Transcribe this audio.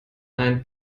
ein